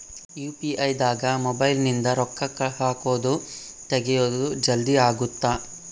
UPI ದಾಗ mobile ನಿಂದ ರೊಕ್ಕ ಹಕೊದ್ ತೆಗಿಯೊದ್ ಜಲ್ದೀ ಅಗುತ್ತ